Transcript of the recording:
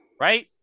Right